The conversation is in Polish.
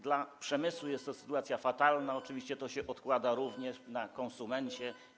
Dla przemysłu jest to sytuacja fatalna oczywiście, to się odbija również na konsumencie.